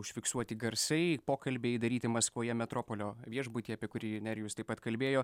užfiksuoti garsai pokalbiai daryti maskvoje metropolio viešbuty apie kurį nerijus taip pat kalbėjo